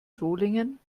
solingen